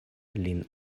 lin